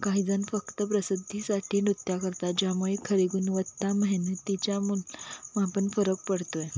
काहीजण फक्त प्रसिद्धीसाठी नृत्य करतात ज्यामुळे खरी गुणवत्ता मेहनतीच्या मुळं आपण फरक पडतो आहे